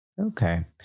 Okay